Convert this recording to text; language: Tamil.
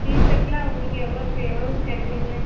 டீ ஷர்ட் எல்லாம் நீங்கள் எவ்வளோக்கு எவ்வளோக்கு கேட்குறீங்க